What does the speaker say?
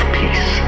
peace